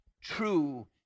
true